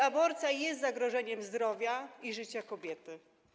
Aborcja jest zagrożeniem zdrowia i życia kobiety.